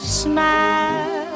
smile